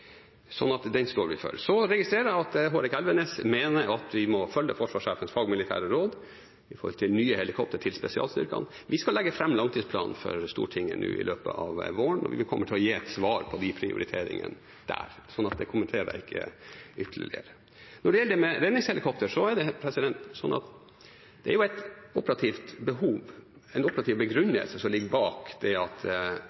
står vi for. Så registrerer jeg at Hårek Elvenes mener at vi må følge forsvarssjefens fagmilitære råd når det gjelder nye helikopter til spesialstyrkene. Vi skal legge fram langtidsplanen for Stortinget i løpet av våren, og vi kommer til å gi et svar på de prioriteringene der. Så det kommenterer jeg ikke ytterligere. Når det gjelder dette med redningshelikopter, er det sånn at det er jo et operativt behov, en operativ